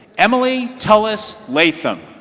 emily tullis latham